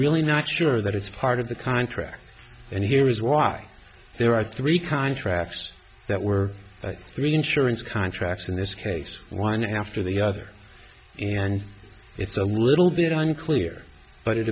really not sure that it's part of the contract and here is why there are three contracts that were three insurance contracts in this case one after the other and it's a little bit unclear but it